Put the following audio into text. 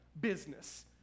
business